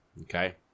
Okay